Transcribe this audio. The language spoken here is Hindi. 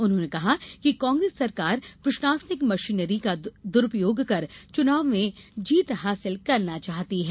उन्होंने कहा कि कांग्रेस सरकार प्रशासनिक मशीनरी का दुरूपयोग कर चुनाव में जीत हासिल करना चाहती है